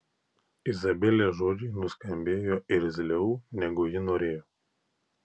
izabelės žodžiai nuskambėjo irzliau negu ji norėjo